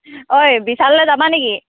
ঐ বিশাললৈ যাবা নেকি